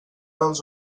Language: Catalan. dels